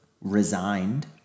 resigned